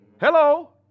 Hello